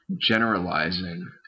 generalizing